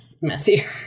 messier